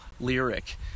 lyric